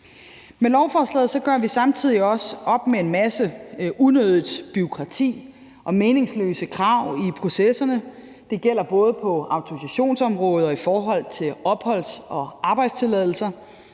Med lovforslaget gør vi samtidig også op med en masse unødigt bureaukrati og meningsløse krav i processerne. Det gælder både på autorisationsområdet og i forhold til opholds- og arbejdstilladelser.